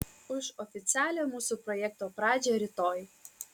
už oficialią mūsų projekto pradžią rytoj